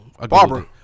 Barbara